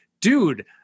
dude